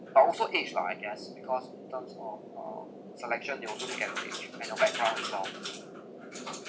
but also age lah I guess because in terms of um selection they also look at your age and the wait cannot be solved